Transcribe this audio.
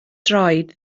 droed